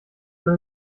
man